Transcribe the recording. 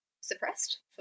suppressed